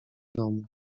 domu